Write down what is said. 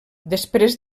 després